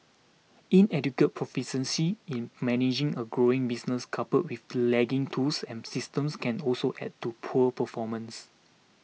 inadequate proficiency in managing a growing business coupled with lagging tools and systems can also add to poor performance